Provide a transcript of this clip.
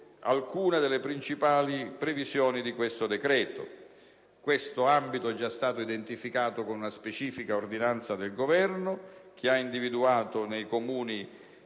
alcune delle principali previsioni di questo decreto. Tale ambito è già stato identificato con una specifica ordinanza del Governo, che ha individuato in 49 Comuni